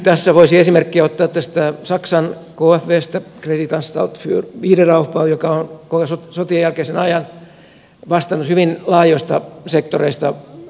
tässä voisi esimerkkiä ottaa tästä saksan kfwstä kreditanstalt fur wiederaufbausta joka on koko sotien jälkeisen ajan vastannut hyvin laajoista sektoreista